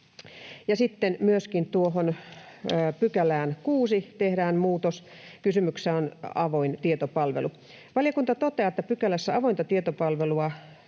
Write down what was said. Myöskin 6 §:ään tehdään muutos. Kysymyksessä on avoin tietopalvelu. Valiokunta toteaa, että pykälässä avointa tietopalvelua